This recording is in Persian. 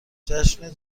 جشن